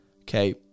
okay